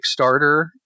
Kickstarter